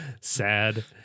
Sad